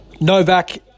Novak